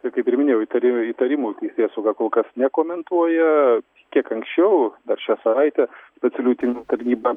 tai kaip ir minėjau įtari įtarimų teisėsauga kol kas nekomentuoja kiek anksčiau dar šią savaitę specialiųjų tyrimų tarnyba